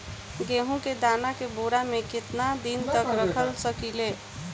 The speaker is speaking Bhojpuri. गेहूं के दाना के बोरा में केतना दिन तक रख सकिले?